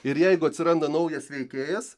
ir jeigu atsiranda naujas veikėjas